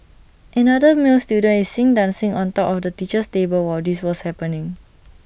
another male student is seen dancing on top of the teacher's table while this was happening